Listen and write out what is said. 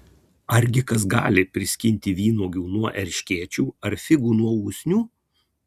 argi kas gali priskinti vynuogių nuo erškėčių ar figų nuo usnių